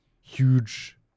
huge